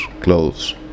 clothes